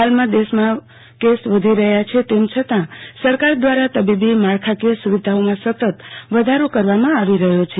હાલમાં દેશમાં કેસ વધી રહયા છે તમ છતાં સરકાર દવારા તબીબી માળખાકીય સુવિધાઓમાં સતત વધારો કરવામાં આવી રહયો છે